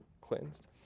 cleansed